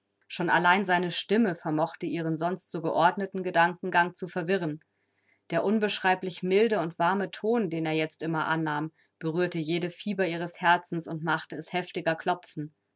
schon allein seine stimme vermochte ihren sonst so geordneten gedankengang zu verwirren der unbeschreiblich milde und warme ton den er jetzt immer annahm berührte jede fiber ihres herzens und machte es heftiger klopfen